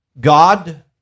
God